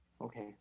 Okay